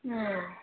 ꯎꯝ